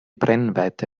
brennweite